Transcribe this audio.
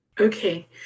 Okay